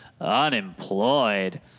unemployed